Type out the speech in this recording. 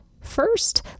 First